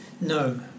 No